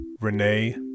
Renee